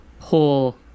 pull